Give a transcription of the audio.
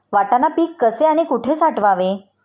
वाटाणा पीक कसे आणि कुठे साठवावे?